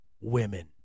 women